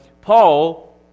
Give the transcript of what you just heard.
Paul